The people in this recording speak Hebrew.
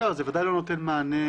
זה בוודאי לא נותן מענה.